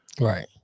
Right